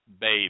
baby